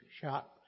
shot